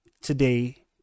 today